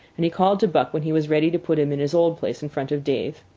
and he called to buck when he was ready to put him in his old place in front of dave.